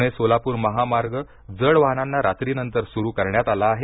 पुणे सोलापुर महामार्ग जड वाहनांना रात्रीनंतर सुरू करण्यात आला आहे